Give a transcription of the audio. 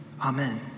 Amen